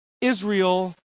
Israel